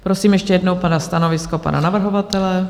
Prosím ještě jednou stanovisko pana navrhovatele.